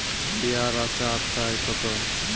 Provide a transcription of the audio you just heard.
পেয়ারা চার টায় কত?